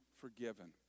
forgiven